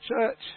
church